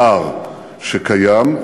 פער שקיים,